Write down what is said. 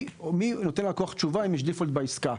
מי נותן ללקוח תשובה אם יש "דיפולט" בעסקה.